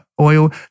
Oil